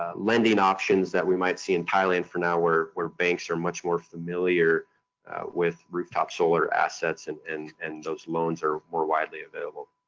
ah lending options that we might see in thailand for now where where banks are more familiar with rooftop solar assets and and and those loans are more widely available.